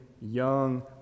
young